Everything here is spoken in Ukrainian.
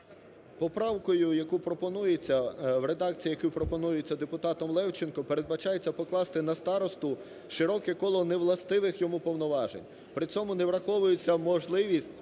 Поправкою, яку пропонується, в редакції, в якій пропонується депутатом Левченком, передбачається покласти на старосту широке коло невластивих йому повноважень, при цьому не враховується можливість